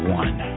one